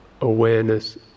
awareness